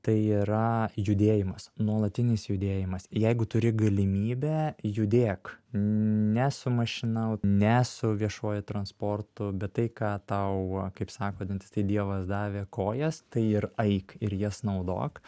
tai yra judėjimas nuolatinis judėjimas jeigu turi galimybę judėk ne su mašina ne su viešuoju transportu bet tai ką tau kaip sako dantistai dievas davė kojas tai ir eik ir jas naudok